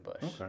Bush